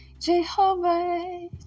Jehovah